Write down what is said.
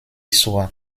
zur